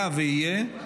היה ויהיה,